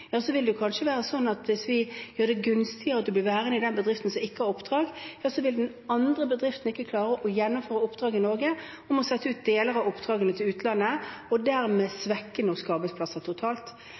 vil det kanskje være sånn at hvis vi gjør det gunstig å bli værende i den bedriften som ikke har oppdrag, vil den andre bedriften ikke klare å gjennomføre oppdrag i Norge, men måtte sette ut deler av dem til utlandet. Dermed svekkes norske arbeidsplasser totalt sett. Derfor er det viktig å vente og